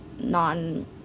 non